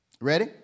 Ready